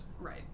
right